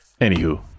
Anywho